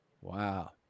Wow